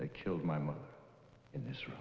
they killed my mother in this